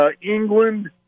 England